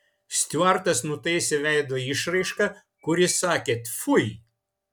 stiuartas nutaisė veido išraišką kuri sakė tfui